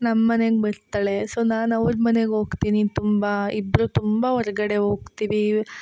ನಮ್ಮ ಮನೆಗೆ ಬರ್ತಾಳೆ ಸೊ ನಾನು ಅವ್ರ ಮನೆಗೆ ಹೋಗ್ತಿನಿ ತುಂಬ ಇಬ್ರೂ ತುಂಬ ಹೊರ್ಗಡೆ ಹೋಗ್ತಿವಿ